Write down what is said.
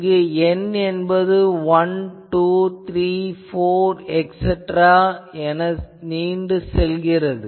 இங்கு n என்பது 1 2 3 etc ஆகும்